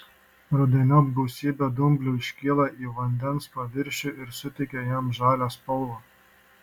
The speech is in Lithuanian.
rudeniop gausybė dumblių iškyla į vandens paviršių ir suteikia jam žalią spalvą